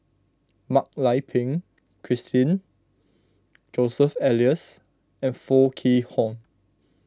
Mak Lai Peng Christine Joseph Elias and Foo Kwee Horng